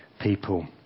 people